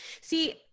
see